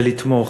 זה לתמוך.